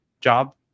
job